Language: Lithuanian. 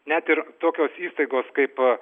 net ir tokios įstaigos kaip